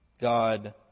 God